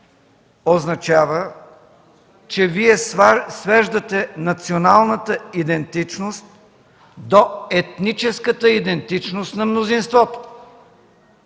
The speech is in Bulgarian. означава, че свеждате националната идентичност до етническата идентичност на мнозинството.